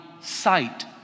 sight